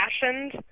fashioned